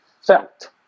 felt